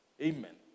Amen